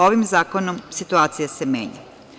Ovim zakonom situacija se menja.